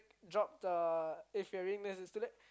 dropped a if-you're-reading-this-it's-too-late